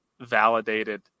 validated